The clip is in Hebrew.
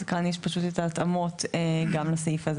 אז כאן יש פשוט את ההתאמות גם לסעיף הזה.